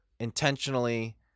intentionally